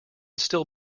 still